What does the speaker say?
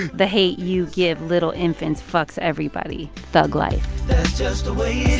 the hate you give little infants fucks everybody, thug life just the way